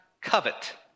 covet